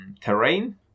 terrain